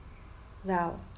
well